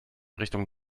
richtung